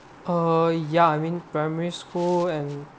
uh ya I mean primary school and